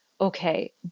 okay